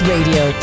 Radio